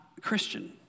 Christian